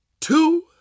two